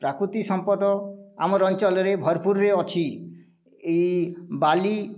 ପ୍ରକୃତି ସମ୍ପଦ ଆମ ରହିଚାଲରେ ଭରପୁର ଅଛି ଏଇ ବାଲି